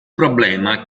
problema